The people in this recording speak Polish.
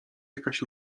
jakaś